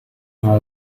how